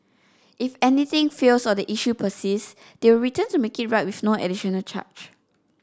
if anything fails or the issue persist they will return to make it right with no additional charge